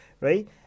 right